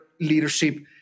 leadership